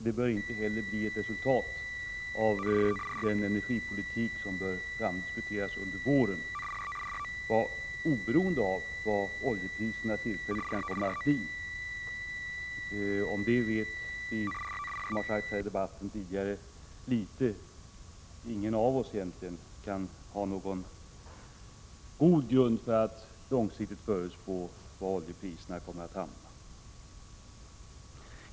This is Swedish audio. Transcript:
Det bör inte heller bli ett resultat av den energipolitik som skall diskuteras fram under våren, oberoende av hur oljepriserna kan komma att bli. Om oljeprisutvecklingen vet vi mycket litet — ingen av oss kan egentligen ha någon god grund för att förutspå var oljepriserna kommer att hamna.